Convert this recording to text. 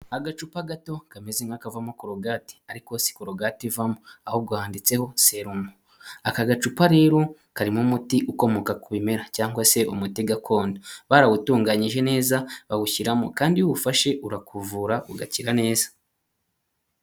Agacupa gato kameze nk'akavamo korogati ariko si korogati ivamo, ahubwo handitseho serumu. Aka gacupa rero karimo umuti ukomoka ku bimera, cyangwa se umuti gakondo barawutunganyije neza bawushyiramo kandi iyo uwufashe urakuvura ugakira neza.